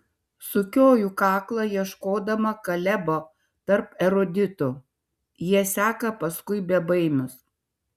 sukioju kaklą ieškodama kalebo tarp eruditų jie seka paskui bebaimius